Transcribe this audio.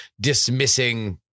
dismissing